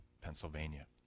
Pennsylvania